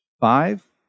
Five